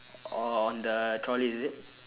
on the trolley is it